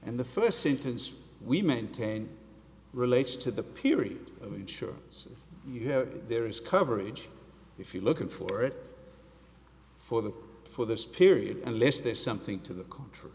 and the first sentence we maintain relates to the period of insurance you have there is coverage if you're looking for it for the for this period unless there's something to the contr